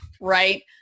right